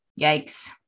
Yikes